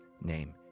name